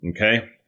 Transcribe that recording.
okay